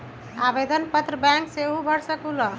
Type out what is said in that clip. आवेदन पत्र बैंक सेहु भर सकलु ह?